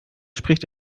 spricht